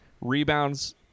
Rebounds